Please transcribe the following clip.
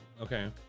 Okay